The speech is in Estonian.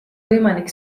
võimalik